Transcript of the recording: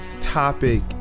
topic